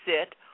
sit